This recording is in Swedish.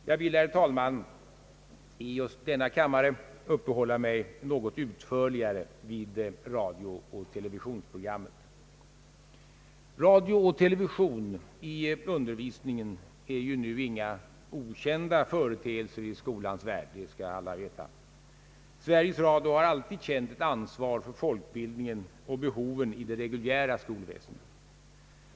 Jag vill, herr talman, i just denna kammaren uppehålla mig något utförligare vid radio och television. Radio och television i undervisningen är ju numera inga okända företeelser i skolans värld. Sveriges Radio har alltid känt ett ansvar för folkbildningen och för behoven i det reguljära skolväsendet.